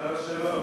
עליו השלום.